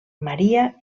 maria